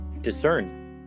discern